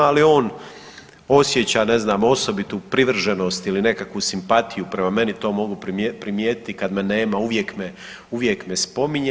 Ali on osjeća ne znam osobitu privrženost ili nekakvu simpatiju prema meni to mogu primijetiti, kad me nema uvijek me spominje.